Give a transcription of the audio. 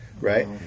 right